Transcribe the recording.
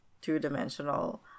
two-dimensional